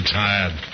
tired